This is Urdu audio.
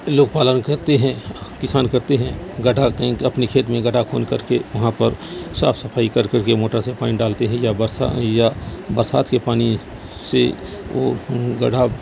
لوگ پالن کرتے ہیں کسان کرتے ہیں گڈھا کہیں اپنے کھیت میں گڈھا کھود کر کے وہاں پر صاف صفائی کر کر کے موٹر سے پانی ڈالتے ہیں یا برسا یا برسات کے پانی سے وہ گڈھا